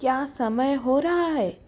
क्या समय हो रहा है